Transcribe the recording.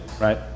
right